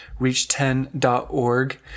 reach10.org